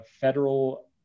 federal